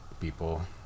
people